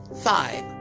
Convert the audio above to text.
Five